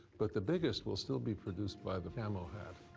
but the biggest will still be produced by the camo hat,